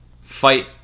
fight